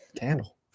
Candle